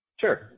Sure